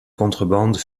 contrebande